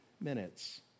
minutes